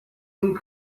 این